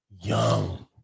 young